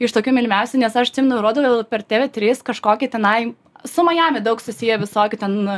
iš tokių mylimiausių nes aš atsimenu rodydavo per tv tris kažkokį tenai su majami daug susiję visokių ten